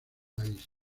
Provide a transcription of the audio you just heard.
país